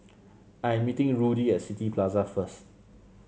I'm meeting Rudy at City Plaza first